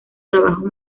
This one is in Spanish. trabajos